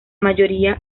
mayoría